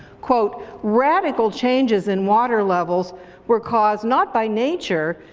quote, radical changes in water levels were caused not by nature,